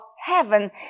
heaven